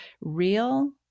real